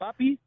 Papi